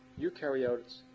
Eukaryotes